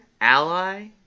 ally